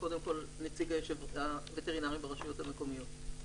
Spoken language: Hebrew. קודם כל נציג הווטרינרים ברשויות המקומיות.